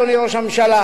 אדוני ראש הממשלה,